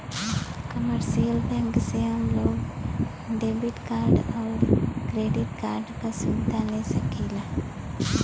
commercial bank से हम लोग डेबिट कार्ड आउर क्रेडिट कार्ड क सुविधा ले सकीला